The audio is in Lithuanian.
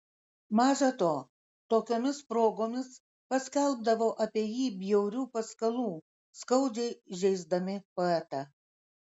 maža to tokiomis progomis paskelbdavo apie jį bjaurių paskalų skaudžiai žeisdami poetą